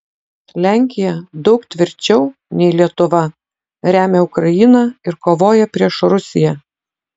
lenkija daug tvirčiau nei lietuva remia ukrainą ir kovoja prieš rusiją